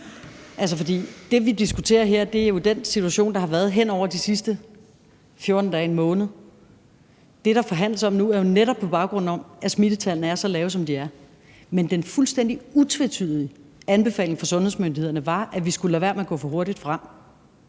For det, vi diskuterer her, er jo den situation, der har været hen over de sidste 14 dage, en måned. Det, der forhandles om nu, er jo netop på baggrund af, at smittetallene er så lave, som de er. Men den fuldstændig utvetydige anbefaling fra sundhedsmyndighederne var, at vi skulle lade være med at gå for hurtigt frem.